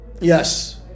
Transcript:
Yes